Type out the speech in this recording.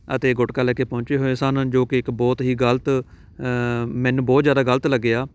ਅਤੇ ਗੁਟਕਾ ਲੈ ਕੇ ਪਹੁੰਚੇ ਹੋਏ ਸਨ ਜੋ ਕਿ ਇੱਕ ਬਹੁਤ ਹੀ ਗਲਤ ਮੈਨੂੰ ਬਹੁਤ ਜ਼ਿਆਦਾ ਗਲਤ ਲੱਗਿਆ